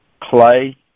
clay